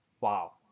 Wow